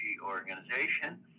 Organization